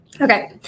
Okay